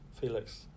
Felix